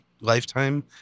Lifetime